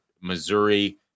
Missouri